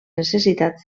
necessitats